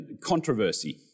controversy